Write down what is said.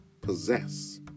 possess